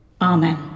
Amen